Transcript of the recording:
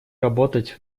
работать